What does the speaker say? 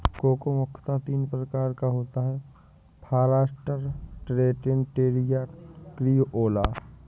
cocoa मुख्यतः तीन प्रकार का होता है फारास्टर, ट्रिनिटेरियो, क्रिओलो